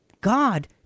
God